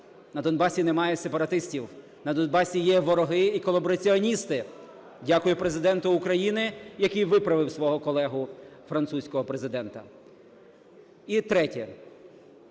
На Донбасі немає сепаратистів, на Донбасі є вороги і колабораціоністи. Дякую Президенту України, який виправив свого колегу французького Президента. І третє.